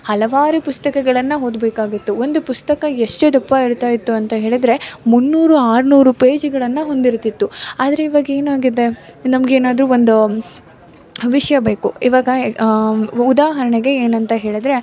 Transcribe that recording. ಹಲವಾರು ಪುಸ್ತಕಗಳನ್ನು ಓದಬೇಕಾಗಿತ್ತು ಒಂದು ಪುಸ್ತಕ ಎಷ್ಟು ದಪ್ಪ ಇರ್ತಾಯಿತ್ತು ಅಂತ ಹೇಳಿದರೆ ಮುನ್ನೂರು ಆರುನೂರು ಪೇಜ್ಗಳನ್ನು ಹೊಂದಿರ್ತಿತ್ತು ಆದರೆ ಈವಾಗ ಏನಾಗಿದೆ ನಮಗೆ ಏನಾದ್ರೂ ಒಂದು ವಿಷಯ ಬೇಕು ಈವಾಗ ಹೇಗೆ ಉದಾಹರಣೆಗೆ ಏನಂತ ಹೇಳಿದರೆ